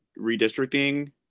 redistricting